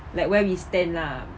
like where we stand lah